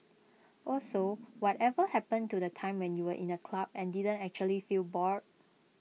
also whatever happened to the time when you were in A club and didn't actually feel bored